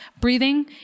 breathing